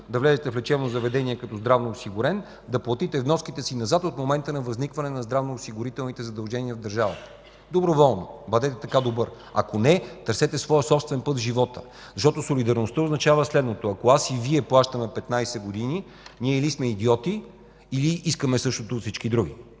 да влезете в лечебно заведение като здравноосигурен, да платите вноските си назад от момента на възникване на здравноосигурителните задължения в държавата, доброволно. Бъдете така добър. Ако не, търсете своя собствен път в живота, защото солидарността означава следното. Ако аз и Вие плащаме 15 години, ние или сме идиоти или искаме същото от всички други.